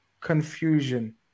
confusion